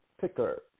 Picker